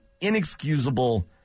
inexcusable